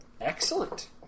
Excellent